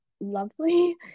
lovely